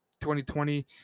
2020